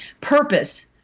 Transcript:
purpose